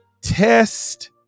Test